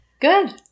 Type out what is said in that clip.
Good